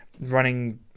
running